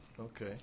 Okay